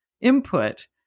input